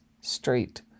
straight